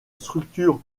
structure